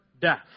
death